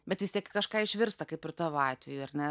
bet vis tiek į kažką išvirsta kaip ir tavo atveju ar ne